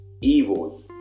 evil